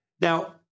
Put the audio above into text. Now